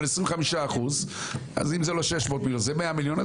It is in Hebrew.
אבל 25% אז אם זה לא 600 זה 100 מיליון,